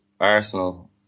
Arsenal